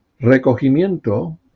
recogimiento